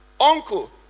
uncle